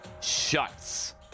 shuts